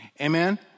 Amen